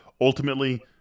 ultimately –